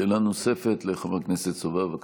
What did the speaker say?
שאלה נוספת לחבר הכנסת סובה, בבקשה.